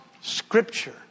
Scripture